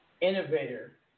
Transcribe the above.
innovator